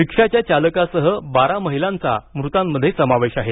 रिक्षाच्या चालकासह बारा महिलांचा मृतांमध्ये समावेश आहे